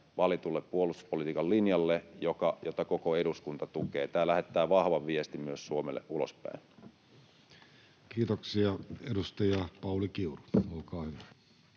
valitulle puolustuspolitiikan linjalle, jota koko eduskunta tukee. Tämä lähettää vahvan viestin myös Suomesta ulospäin. [Speech 51] Speaker: Jussi Halla-aho